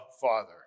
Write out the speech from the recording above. Father